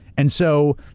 and so,